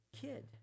kid